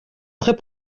très